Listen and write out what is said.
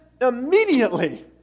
immediately